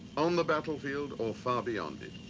on the battlefield or far beyond it.